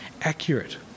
accurate